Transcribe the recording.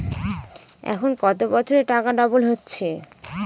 এখন কত বছরে টাকা ডবল হচ্ছে?